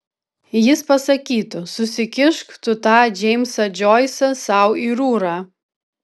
jis pasakytų susikišk tu tą džeimsą džoisą sau į rūrą